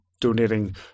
donating